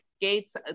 gates